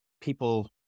people